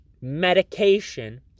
medication